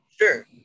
Sure